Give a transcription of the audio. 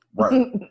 Right